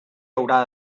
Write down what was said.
haurà